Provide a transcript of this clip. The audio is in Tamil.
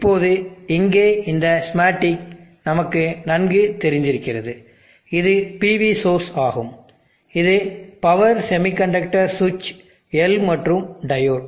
இப்போது இங்கே இந்த ஸ்கீமாட்டிக் நமக்கு நன்கு தெரிந்திருக்கிறது இது PV சோர்ஸ் ஆகும் இது பவர் செமி கண்டக்டர் சுவிட்ச் L மற்றும் டையோடு